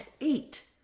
eight